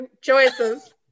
Choices